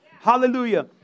Hallelujah